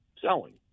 selling